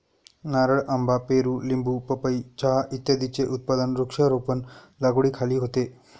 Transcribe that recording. नारळ, आंबा, पेरू, लिंबू, पपई, चहा इत्यादींचे उत्पादन वृक्षारोपण लागवडीखाली होते